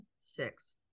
six